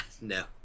no